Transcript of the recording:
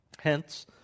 Hence